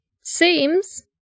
seems